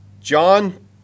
John